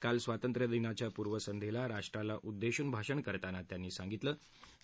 काल स्वातंत्र्य दिनाच्या पूर्वसंध्येला राष्ट्राला उद्देशून भाषण करताना त्यांनी सांगितलं की